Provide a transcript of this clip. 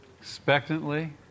Expectantly